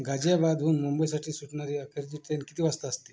गाझियाबादहून मुंबईसाठी सुटणारी अखेरची ट्रेन किती वाजता असते